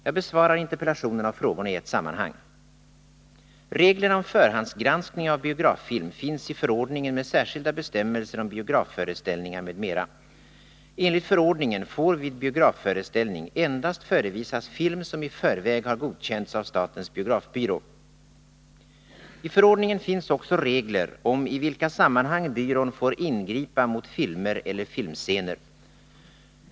Jag besvarar interpellationerna och frågorna i ett sammanhang. I förordningen finns också regler om i vilka sammanhang byrån får ingripa mot filmer eller filmscener.